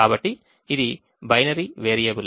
కాబట్టి ఇది binary variable